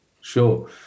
Sure